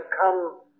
come